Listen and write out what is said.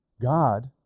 god